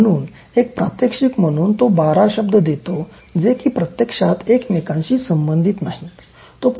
म्हणून एक प्रात्यक्षिक म्हणून तो १२ शब्द देतो जे की प्रत्यक्षात एकमेकांशी संबधित नाहीत